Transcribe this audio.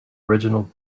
reginald